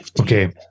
Okay